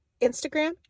Instagram